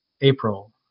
April